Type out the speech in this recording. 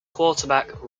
quarterback